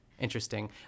interesting